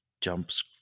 jumps